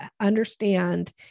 understand